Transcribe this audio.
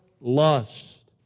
lust